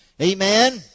Amen